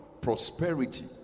prosperity